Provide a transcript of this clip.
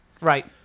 right